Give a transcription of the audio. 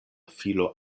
filo